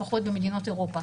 לפחות במדינות אירופה.